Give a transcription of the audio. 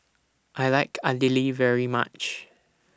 I like Idili very much